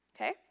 Okay